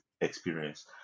experience